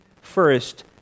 first